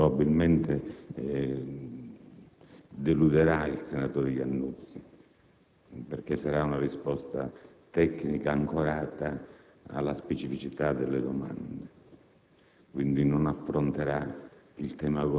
La risposta che fornirò probabilmente deluderà il senatore Iannuzzi, perché sarà tecnica ed ancorata alla specificità delle domande.